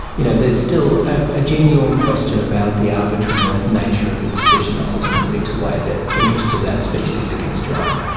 you know, there's still a genuine question about the arbitrary nature of a decision ultimately to weigh the interests of that species against your own.